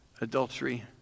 adultery